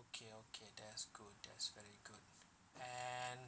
okay okay that's good that's very good and